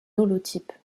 holotype